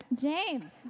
James